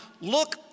Look